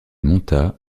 monta